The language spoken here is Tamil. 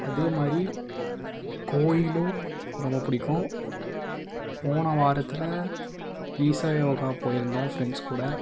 அதேமாதிரி கோயிலும் ரொம்ப பிடிக்கும் போன வாரத்தில் ஈஷா யோகா போயிருந்தோம் ஃப்ரெண்ட்ஸ் கூட